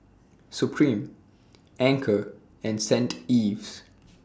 Supreme Anchor and Stain Ives